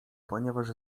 ponieważ